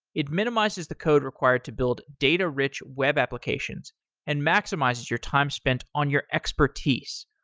it minimizes the code required to build data-rich web applications and maximizes your time spent on your expertise.